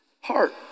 heart